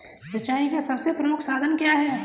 सिंचाई का सबसे प्रमुख साधन क्या है?